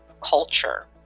culture